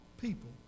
people